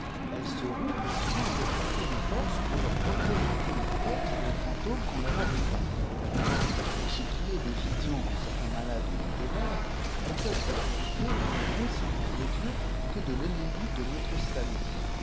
elle se rouvre et souvent avec assez de force pour leur repréer les sptctrd on tel fatltàbml quiim leur a dépeinter poilr ce qui est des vmoiq'cmt certains mokdbt auilît àbmoxèt elles peuvent à k vérité venir aussi bien de dieu que de l'ennemi de notre salut